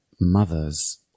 mothers